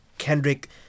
Kendrick